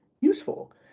useful